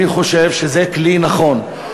אני חושב שזה כלי נכון.